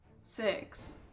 Six